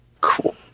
Cool